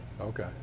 Okay